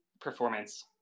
performance